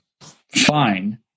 Fine